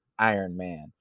Ironman